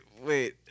wait